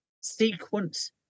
sequence